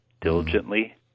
diligently